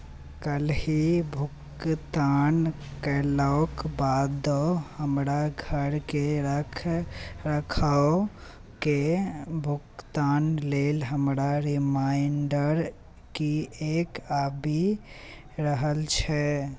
काल्हि भुगतान कयलाक बादो हमरा घरक रखरखावके भुगतान लेल हमरा रिमाइंडर किएक आबि रहल छै